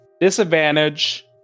disadvantage